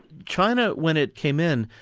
china, when it came in,